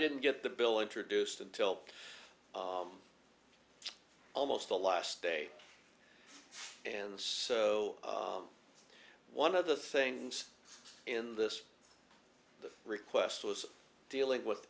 didn't get the bill introduced until almost the last day and so one of the things in this the request was dealing with